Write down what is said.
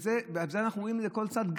את זה אנחנו רואים לכל צד,